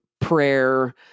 prayer